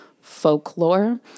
folklore